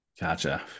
Gotcha